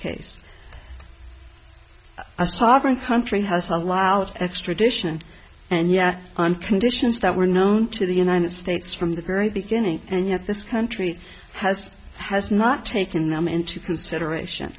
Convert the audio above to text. case a sovereign country has allowed extradition and yet on conditions that were known to the united states from the very beginning and yet this country has has not taken them into consideration